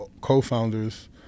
co-founders